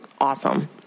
awesome